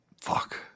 Fuck